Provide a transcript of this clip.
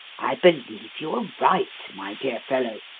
i believe you are right, my dear fellow,